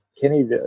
Kenny